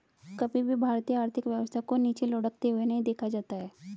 कभी भी भारतीय आर्थिक व्यवस्था को नीचे लुढ़कते हुए नहीं देखा जाता है